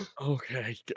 Okay